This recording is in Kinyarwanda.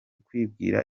kwibwira